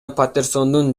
патерсондун